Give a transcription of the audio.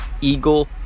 Eagle